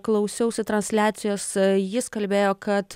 klausiausi transliacijos jis kalbėjo kad